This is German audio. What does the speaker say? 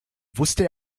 wusste